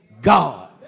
God